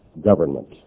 government